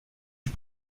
fut